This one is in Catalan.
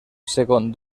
segon